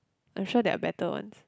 I'm sure there are better ones